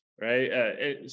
right